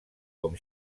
com